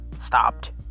Stopped